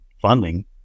funding